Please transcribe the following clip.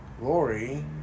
Lori